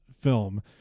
film